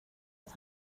att